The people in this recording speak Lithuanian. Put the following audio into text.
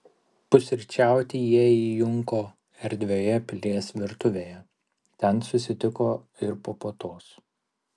pusryčiauti jie įjunko erdvioje pilies virtuvėje ten susitiko ir po puotos